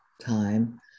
time